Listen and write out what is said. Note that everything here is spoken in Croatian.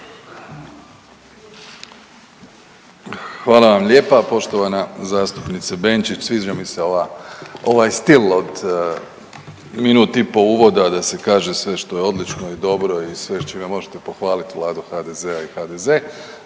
Hvala vam lijepa. Poštovana zastupnice Benčić, sviđa mi se ovaj stil od minut i pol uvoda da se kaže sve što je odlično i dobro i sve s čime možete pohvaliti Vladu HDZ-a i HDZ,